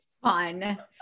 fun